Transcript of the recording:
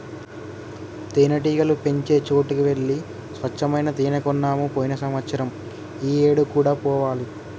తేనెటీగలు పెంచే చోటికి వెళ్లి స్వచ్చమైన తేనే కొన్నాము పోయిన సంవత్సరం ఈ ఏడు కూడా పోవాలి